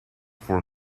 for